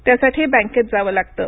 त्यासाठी बँकेत जावं लागतं